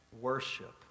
worship